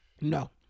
No